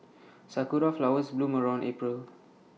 Sakura Flowers bloom around April